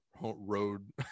road